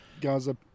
gaza